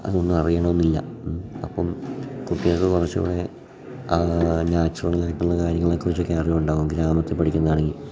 അതൊന്നും അറിയണം എന്നില്ല അപ്പം കുട്ടികൾ കുറച്ചൂടെ ആ നാച്ചുറലായിട്ടുള്ള കാര്യങ്ങളെ കുറിച്ചൊക്കെ അറിവുണ്ടാകും ഗ്രാമത്തിൽ പഠിക്കുന്നത് ആണെങ്കിൽ